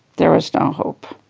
there was no hope.